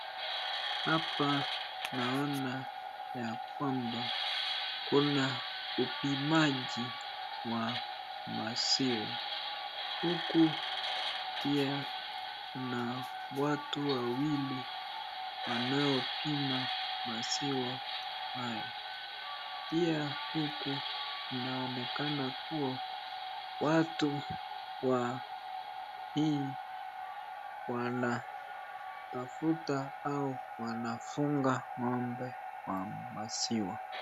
Hapa Nona ya kwamba kuna hupimaji wa maziwa huku pia kuna wawili wanopima maziwa yao put huku inoneka kuwa watu wa hii wanatafuta hii ama wanatafuta ngombe wa maziwa.